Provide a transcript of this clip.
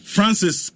Francis